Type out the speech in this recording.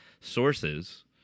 sources